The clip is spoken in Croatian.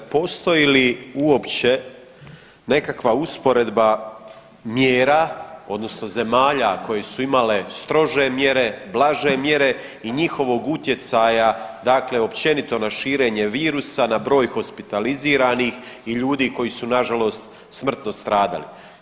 Postoji li uopće nekakva usporedba mjera odnosno zemalja koje su imale strože mjere, blaže mjere i njihovog utjecaja dakle općenito na širenje virusa, na broj hospitaliziranih i ljudi koji su nažalost smrtno stradali.